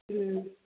ꯎꯝ